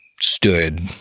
stood